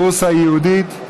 (בורסה ייעודית),